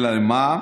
אלא מה?